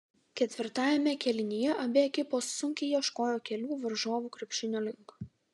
ketvirtajame kėlinyje abi ekipos sunkiai ieškojo kelių varžovų krepšinio link